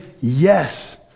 yes